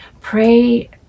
Pray